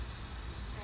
mm